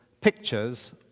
Pictures